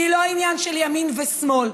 היא לא עניין של ימין ושמאל.